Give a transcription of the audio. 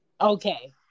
Okay